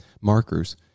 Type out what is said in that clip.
markers